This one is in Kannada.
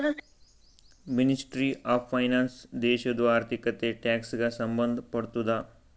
ಮಿನಿಸ್ಟ್ರಿ ಆಫ್ ಫೈನಾನ್ಸ್ ದೇಶದು ಆರ್ಥಿಕತೆ, ಟ್ಯಾಕ್ಸ್ ಗ ಸಂಭಂದ್ ಪಡ್ತುದ